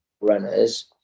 runners